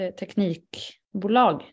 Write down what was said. teknikbolag